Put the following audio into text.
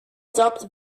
adopt